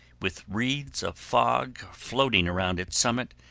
with wreaths of fog floating around its summit,